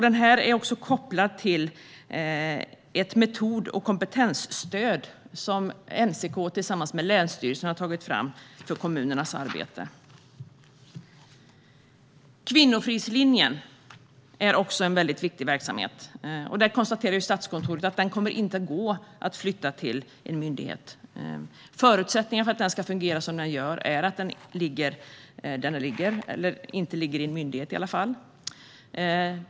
Den är också kopplad till ett metod och kompetensstöd som NCK tillsammans med länsstyrelsen har tagit fram för kommunernas arbete. Kvinnofridslinjen är också en väldigt viktig verksamhet. Där konstaterar Statskontoret att den inte kommer att gå att flytta till en myndighet. Förutsättningen för att den ska fungera som den gör är att den i varje fall inte ligger i en myndighet.